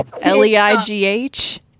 L-E-I-G-H